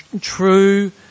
true